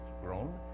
grown